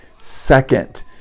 second